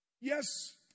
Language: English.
yes